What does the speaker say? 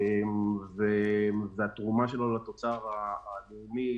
שהתרומה שלו לתוצר הלאומי,